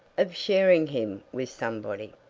of sharing him with somebody.